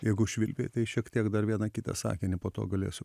jeigu švilpiai tai šiek tiek dar vieną kitą sakinį po to galėsiu